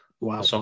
Wow